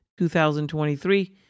2023